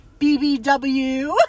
BBW